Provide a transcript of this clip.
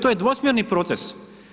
To je dvosmjerni proces.